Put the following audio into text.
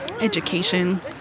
education